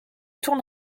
tourne